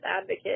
advocate